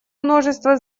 множество